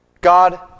God